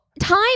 time